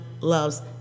loves